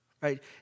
right